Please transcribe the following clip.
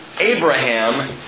Abraham